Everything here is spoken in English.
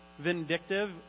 vindictive